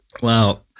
wow